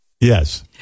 Yes